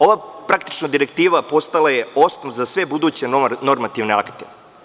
Ova direktiva praktično je postala osnov za sve buduće normativne akte.